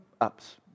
ups